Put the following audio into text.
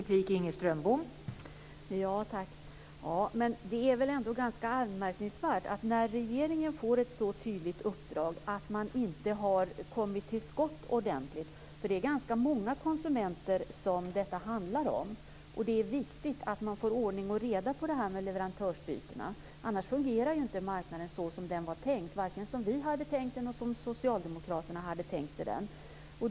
Fru talman! Det är väl ändå ganska anmärkningsvärt att regeringen, när den får ett så tydligt uppdrag, inte har kommit till skott ordentligt. Det är ganska många konsumenter som detta handlar om. Det är viktigt att man får reda på det här med leverantörsbyte. Annars fungerar inte marknaden så som den var tänkt, varken så som vi hade tänkt oss den eller så som Socialdemokraterna hade tänkt sig den.